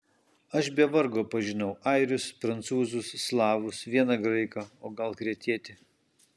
aš be vargo pažinau airius prancūzus slavus vieną graiką o gal kretietį